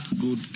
good